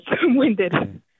winded